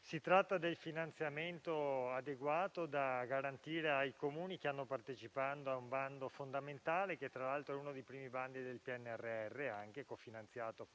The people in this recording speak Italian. Si tratta del finanziamento adeguato da garantire ai Comuni che hanno partecipato a un bando fondamentale, che tra l'altro è uno dei primi del PNRR, cofinanziato